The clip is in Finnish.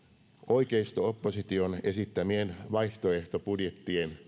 oikeisto opposition esittämien vaihtoehtobudjettien